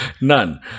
None